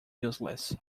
useless